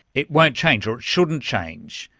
it won't change or it shouldn't change.